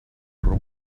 from